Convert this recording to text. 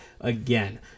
again